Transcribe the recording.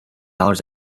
dollars